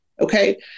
okay